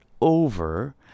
over